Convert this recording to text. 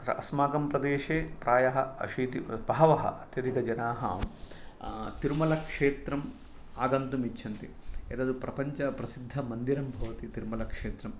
अस्माकं प्रदेशे प्रायः अशीति बहवः अत्यधिकजनाः तिरुमलक्षेत्रम् आगन्तुम् इच्छन्ति एतत् प्रपञ्चप्रसिद्धमन्दिरम् भवति तिरुमलक्षेत्रम्